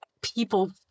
people –